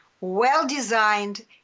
well-designed